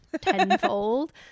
tenfold